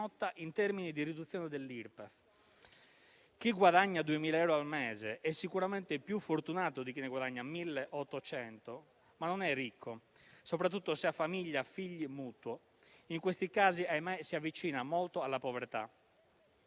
in termini di riduzione dell'Irpef. Chi guadagna 2.000 euro al mese è sicuramente più fortunato di chi ne guadagna 1.800, ma non è ricco, soprattutto se ha famiglia, figli e mutuo: in questi casi, ahimè, si avvicina molto alla povertà.